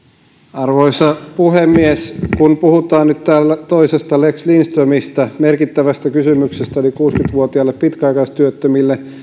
arvoisa puhemies kun puhutaan nyt täällä toisesta lex lindströmistä merkittävästä kysymyksestä yli kuusikymmentä vuotiaille pitkäaikaistyöttömille